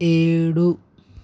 ఏడు